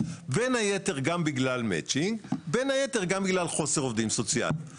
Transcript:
בין היתר בגלל מצ'ינג ובין היתר גם בגלל חוסר עובדים סוציאליים.